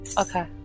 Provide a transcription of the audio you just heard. Okay